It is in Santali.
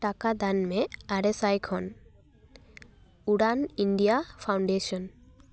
ᱴᱟᱠᱟ ᱫᱟᱱ ᱢᱮ ᱟᱨᱮ ᱥᱟᱭ ᱠᱷᱚᱱ ᱩᱲᱟᱱ ᱤᱱᱰᱤᱭᱟ ᱯᱷᱟᱹᱣᱩᱱᱰᱮᱥᱚᱱ